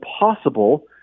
impossible